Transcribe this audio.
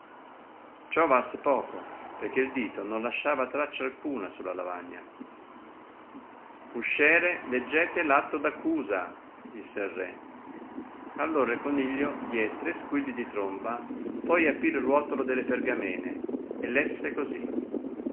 poco perchè il dito non lasciava traccia alcuna sulla lavagna usciere leggete l'atto d'accusa disse il re allora il coniglio diè tre squilli di tromba poi aprì il ruotolo delle pergamene e lesse così